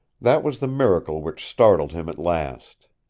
that was the miracle which startled him at last.